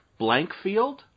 Blankfield